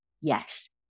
Yes